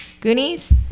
Goonies